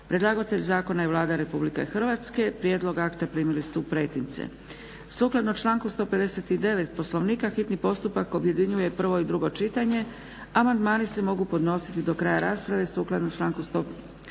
Predlagatelj zakona je Vlada RH, prijedlog akta primili ste u pretince. Sukladno članku 159. Poslovnika hitni postupak objedinjuje prvo i drugo čitanje, amandmani se mogu podnositi do kraja rasprave sukladno članku 164. Poslovnika.